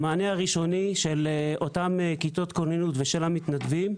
המענה הראשוני של אותן כיתות כוננות ושל המתנדבים,